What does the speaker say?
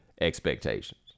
expectations